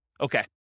Okay